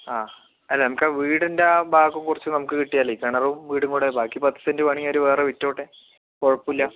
ആ അല്ല നമുക്കാ വീടിൻ്റെ ആ ഭാഗം കുറച്ചു നമുക്ക് കിട്ടിയാലേ കിണറും വീടും കൂടെ ബാക്കി പത്തുസെൻറ് വേണമെങ്കിൽ അവര് വേറെ വിറ്റോട്ടെ കുഴപ്പമില്ല